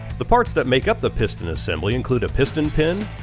the parts that make up the piston assembly include a piston pin,